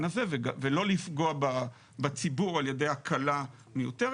הזה ולא לפגוע בציבור על ידי הקלה מיותרת,